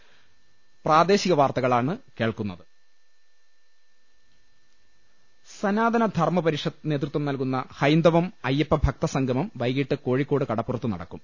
ട കാർക്ക് ർ സനാതന ധർമ പരിഷത്ത് നേതൃത്വം നൽകുന്ന ഹൈന്ദവം അയ്യ പ്പഭക്തസംഗമം വൈകീട്ട് കോഴിക്കോട് കടപ്പുറത്ത് നടക്കും